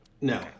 No